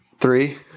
Three